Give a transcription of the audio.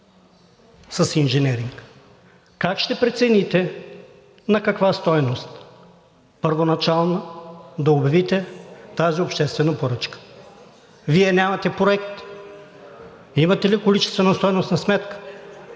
с инженеринга, как ще прецените на каква първоначална стойност да обявите тази обществена поръчка? Вие нямате проект, имате ли количественостойностна сметка?